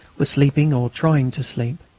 were sleeping or trying to sleep.